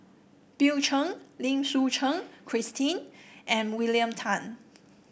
Bill Chen Lim Suchen Christine and William Tan